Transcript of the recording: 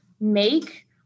make